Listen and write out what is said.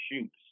shoots